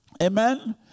Amen